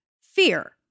Fear